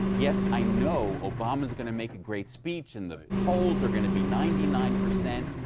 yes, i know obama's going to make a great speech and the polls are going to be ninety nine percent,